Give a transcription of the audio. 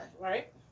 right